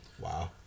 Wow